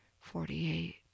forty-eight